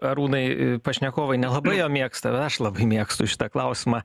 arūnai pašnekovai nelabai jo mėgsta aš labai mėgstu šitą klausimą